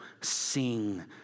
sing